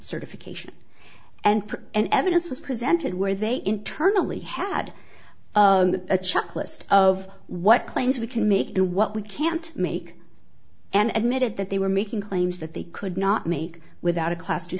certification and an evidence was presented where they internally had a checklist of what claims we can make and what we can't make and admitted that they were making claims that they could not make without a class t